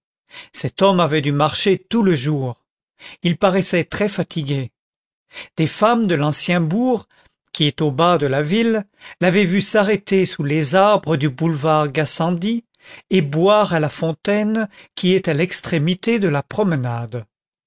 cet homme avait dû marcher tout le jour il paraissait très fatigué des femmes de l'ancien bourg qui est au bas de la ville l'avaient vu s'arrêter sous les arbres du boulevard gassendi et boire à la fontaine qui est à l'extrémité de la promenade